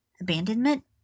abandonment